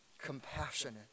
compassionate